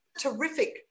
Terrific